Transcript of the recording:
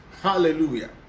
hallelujah